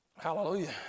Hallelujah